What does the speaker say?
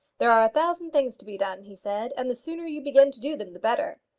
there are a thousand things to be done, he said, and the sooner you begin to do them the better.